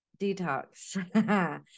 detox